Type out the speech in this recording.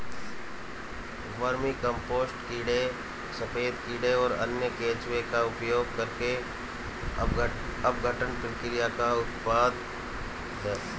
vermicompost कीड़े सफेद कीड़े और अन्य केंचुए का उपयोग करके अपघटन प्रक्रिया का उत्पाद है